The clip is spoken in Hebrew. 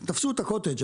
תפסו את הקוטג',